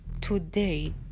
today